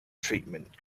treatment